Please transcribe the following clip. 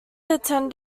attend